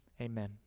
Amen